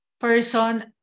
Person